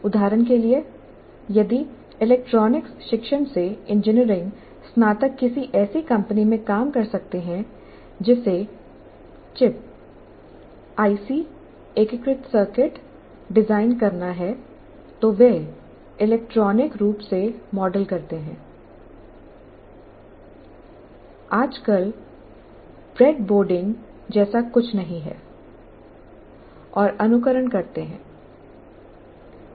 उदाहरण के लिए यदि इलेक्ट्रॉनिक्स शिक्षण से इंजीनियरिंग स्नातक किसी ऐसी कंपनी में काम करते हैं जिसे चिप आईसी एकीकृत सर्किट डिजाइन करना है तो वे इलेक्ट्रॉनिक रूप से मॉडल करते हैं आजकल ब्रेडबोर्डिंग जैसा कुछ नहीं है और अनुकरण करते हैं